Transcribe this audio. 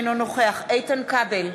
אינו נוכח איתן כבל,